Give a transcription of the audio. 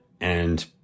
and-